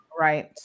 Right